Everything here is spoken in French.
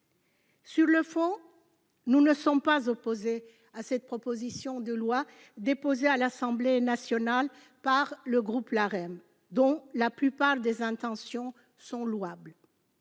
Sur le fond, nous ne sommes pas opposés à cette proposition de loi, déposée à l'Assemblée nationale par le groupe LaREM avec des intentions pour la